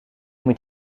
moet